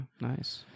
nice